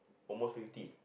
almost fifty